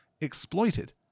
exploited